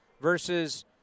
versus